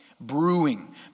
brewing